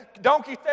donkey